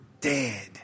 dead